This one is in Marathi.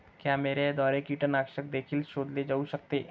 कॅमेऱ्याद्वारे कीटकनाशक देखील शोधले जाऊ शकते